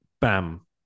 bam